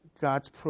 God's